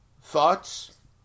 thoughts